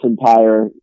entire